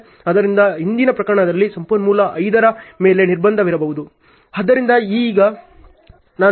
ಆದ್ದರಿಂದ ಹಿಂದಿನ ಪ್ರಕರಣದಲ್ಲಿ ಸಂಪನ್ಮೂಲ 5 ರ ಮೇಲೆ ನಿರ್ಬಂಧವಿರಬಹುದು